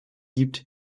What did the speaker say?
gibt